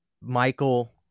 Michael